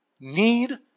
need